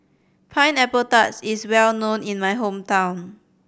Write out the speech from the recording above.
Pineapple Tart is well known in my hometown